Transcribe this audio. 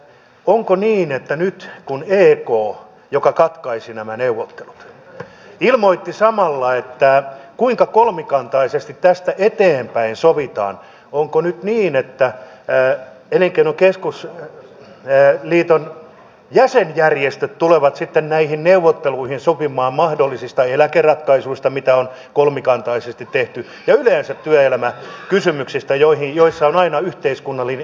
onko nyt niin että kun ek joka katkaisi nämä neuvottelut ilmoitti samalla kuinka kolmikantaisesti tästä eteenpäin sovitaan niin elinkeinoelämän keskusliiton jäsenjärjestöt tulevat sitten näihin neuvotteluihin sopimaan mahdollisista eläkeratkaisuista mitä on kolmikantaisesti tehty ja yleensä työelämäkysymyksistä joissa on aina yhteiskunnallinen intressi mukana